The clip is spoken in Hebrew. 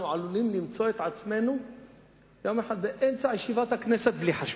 אנחנו עלולים למצוא את עצמנו יום אחד באמצע ישיבת הכנסת בלי חשמל.